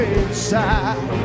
inside